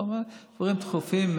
דברים דחופים,